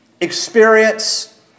experience